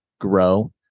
grow